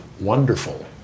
wonderful